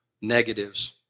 negatives